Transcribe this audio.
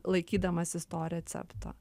laikydamasis to recepto